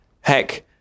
Heck